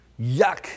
Yuck